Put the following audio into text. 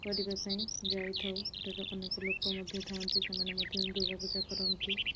କରିବାପାଇଁ ଯାଇଥାଉ ସେଠାରେ ଅନେକ ଲୋକ ମଧ୍ୟ ଥାଆନ୍ତି ସେମାନେ ମଧ୍ୟ ଦୁର୍ଗା ପୂଜା କରନ୍ତି